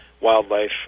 wildlife